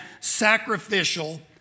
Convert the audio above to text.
sacrificial